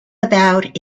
about